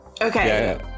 Okay